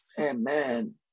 Amen